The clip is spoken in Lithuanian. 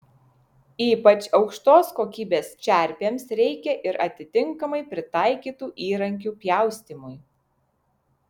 ypač aukštos kokybės čerpėms reikia ir atitinkamai pritaikytų įrankių pjaustymui